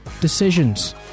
decisions